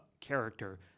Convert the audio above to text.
character